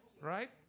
right